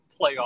playoff